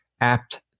apt